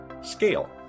scale